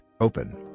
open